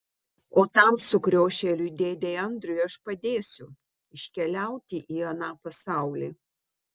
o tam sukriošėliui dėdei andriui aš padėsiu iškeliauti į aną pasaulį